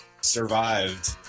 survived